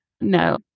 No